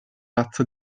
razza